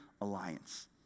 Alliance